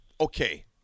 Okay